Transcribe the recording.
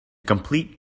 complete